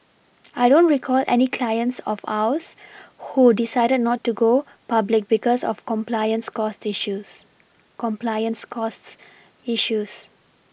I don't recall any clients of ours who decided not to go public because of compliance costs issues compliance costs issues